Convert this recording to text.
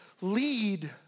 lead